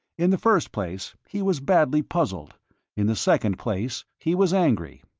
in the first place, he was badly puzzled in the second place, he was angry.